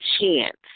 chance